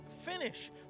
finish